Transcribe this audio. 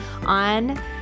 on